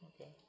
okay